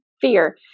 fear